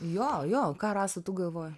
jo jo ką rasa tu galvoji